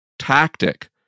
tactic